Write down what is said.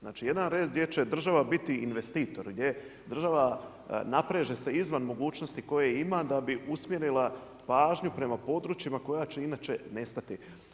Znači jedan rez gdje će država biti investitor, gdje država napreže se izvan mogućnosti koje ima da bi usmjerila pažnju prema područjima koja će inače nestati.